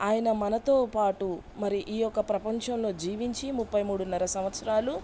ఆయన మనతో పాటు మరి ఈయొక్క ప్రపంచంలో జీవించి ముప్పై మూడున్నర సంవత్సరాలు